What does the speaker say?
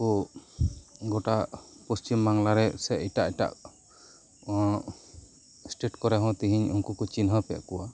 ᱠᱚ ᱜᱚᱴᱟ ᱯᱚᱥᱪᱤᱢ ᱵᱟᱝᱞᱟ ᱨᱮ ᱥᱮ ᱮᱴᱟᱜ ᱮᱴᱟᱜ ᱥᱴᱮᱴ ᱠᱚᱨᱮᱦᱚᱸ ᱛᱮᱹᱦᱮᱹᱧ ᱩᱱᱠᱩᱠᱚ ᱪᱤᱱᱦᱟᱹᱯ ᱮᱫ ᱠᱚᱣᱟ